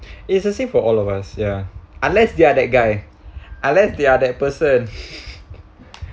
it's the same for all of us ya unless they are that guy unless they are that person